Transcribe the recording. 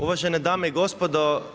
Uvažene dame i gospodo.